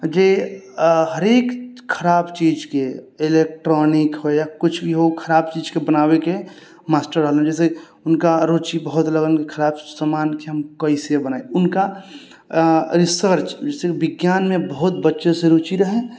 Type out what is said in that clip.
जे हरेक खराब चीजके इलेक्ट्रॉनिक होइ या कुछ भी हो खराब चीजके बनाबैके मास्टर रहलनि जैसे हुनका रूचि बहुत लगन कि खराब समानके हम कैसे बनायब उनका रिसर्च जैसे विज्ञानमे बहुत बच्चेसँ रूचि रहनि